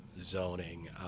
zoning